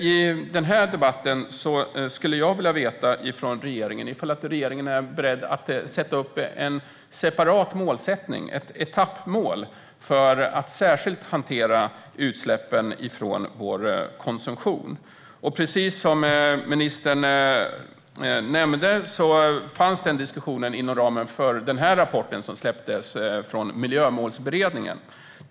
I denna debatt skulle jag vilja veta om regeringen är beredd att sätta upp en separat målsättning, ett etappmål, för att särskilt hantera utsläppen från vår konsumtion. Precis som ministern nämnde fanns den diskussionen inom ramen för den rapport från Miljömålsberedningen som jag nu visar upp.